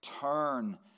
Turn